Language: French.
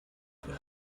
peu